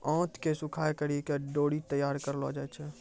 आंत के सुखाय करि के डोरी तैयार करलो जाय छै